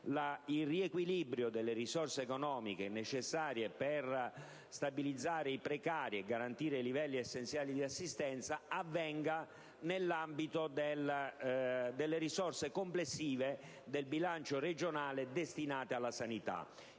il riequilibrio delle risorse economiche necessarie per stabilizzare i precari e garantire livelli essenziali di assistenza avvenga nell'ambito dei fondi complessivi del bilancio regionale destinati alla sanità.